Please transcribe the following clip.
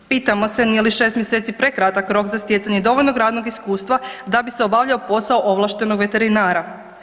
Pitamo se nije li 6 mj. prekratak rok za stjecanje dovoljnog radnog iskustva da bi se obavljao posao ovlaštenog veterinara?